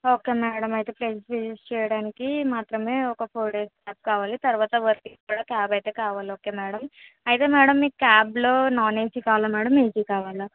okay madam అయితే friends use చేయడానికి మాత్రమే ఒక ఫోర్ డేస్ దాకా కావాలి తరువాత మేడం క్యాబ్ అయితే కావాలి ఓకే మేడం అయితే మేడం మీకు క్యాబ్లో నాన్ ఏసీ కావాలా ఏసీ కావాలా